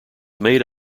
made